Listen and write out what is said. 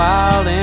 Wild